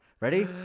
Ready